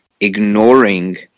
ignoring